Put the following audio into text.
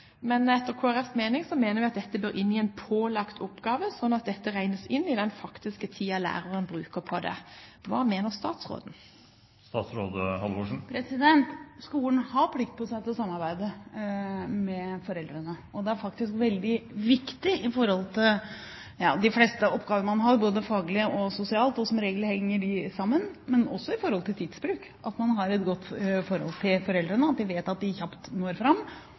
men etter Kristelig Folkepartis mening bør dette inn som en pålagt oppgave, slik at dette regnes inn i den faktiske tiden læreren bruker. Hva mener statsråden? Skolen har en plikt til å samarbeide med foreldrene. Det er faktisk veldig viktig for de fleste oppgaver man har, både faglig og sosialt – og som regel henger dette sammen. Men det er også viktig med tanke på tidsbruk, at man har et godt forhold til foreldrene, og at de vet at de kjapt når fram.